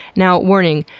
now, warning